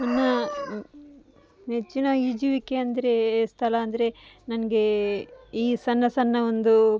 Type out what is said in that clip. ನನ್ನ ನೆಚ್ಚಿನ ಈಜುವಿಕೆ ಅಂದರೆ ಸ್ಥಳ ಅಂದರೆ ನನಗೆ ಈ ಸಣ್ಣ ಸಣ್ಣ ಒಂದು